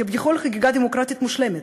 כביכול חגיגה דמוקרטית מושלמת,